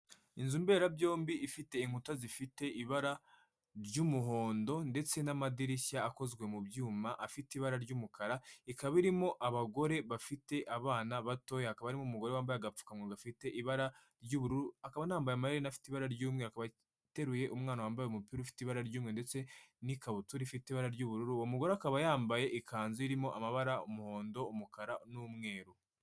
Inzu mberabyombi ifite inkuta zifite ibara ry'umuhondo ndetse n'amadirishya akozwe mu byuma afite ibara ry'umukara ikaba irimo abagore bafite abana batoba n'umugore wambaye agapfukaro gafite ibara ry'ubururuba yambaye amaherena aite ibara ry'umweru wateruye umwana wambaye umupira ufite ibara ry'umu ndetse n'ikabutura ifite ibara ry'ubururu umugore akaba yambaye ikanzu irimo amabara y'umuhondo, umukara n'umweru.